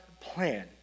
plan